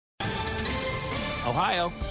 Ohio